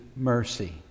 mercy